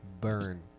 Burn